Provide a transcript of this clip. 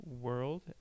world